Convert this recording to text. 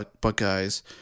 Buckeyes